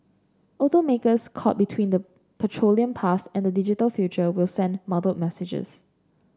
automakers caught between the petroleum past and the digital future will send muddled messages